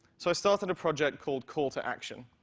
so i started a project called call to action.